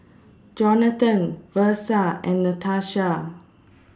Johnathan Versa and Natasha